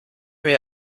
mir